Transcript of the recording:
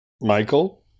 Michael